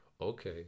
Okay